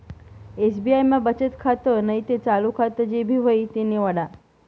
SBI मा बचत खातं नैते चालू खातं जे भी व्हयी ते निवाडा